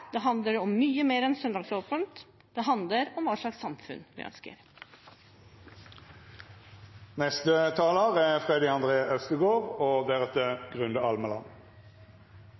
dette handler om mye mer enn søndagsåpent. Det handler om hva slags samfunn vi ønsker. Retten til hvile og retten til fri er